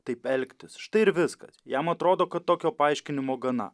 taip elgtis štai ir viskas jam atrodo kad tokio paaiškinimo gana